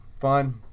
fun